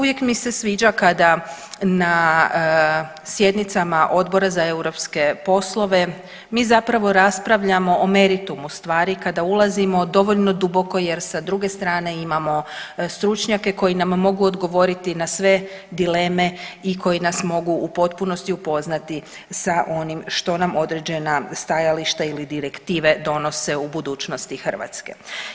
Uvijek mi se sviđa kada na sjednicama Odbora za europske poslove mi zapravo raspravljamo o meritumu stvari kada ulazimo dovoljno duboko jer sa druge strane imamo stručnjake koji nam mogu odgovoriti na sve dileme i koji nas mogu u potpunosti upoznati s onim što nam određena stajališta ili direktive donose u budućnosti Hrvatske.